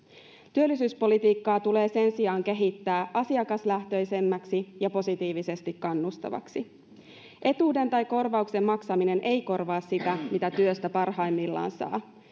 työllisyyspolitiikkaa tulee sen sijaan kehittää asiakaslähtöisemmäksi ja positiivisesti kannustavaksi etuuden tai korvauksen maksaminen ei korvaa sitä mitä työstä parhaimmillaan saa